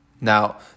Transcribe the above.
Now